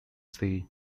say